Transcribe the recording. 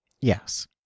Yes